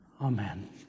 Amen